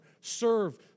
Serve